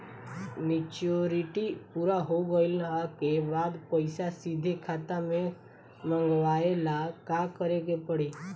Maturity पूरा हो गइला के बाद पईसा सीधे खाता में मँगवाए ला का करे के पड़ी?